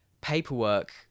paperwork